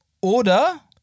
oder